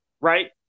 Right